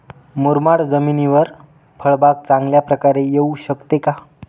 मुरमाड जमिनीवर फळबाग चांगल्या प्रकारे येऊ शकते का?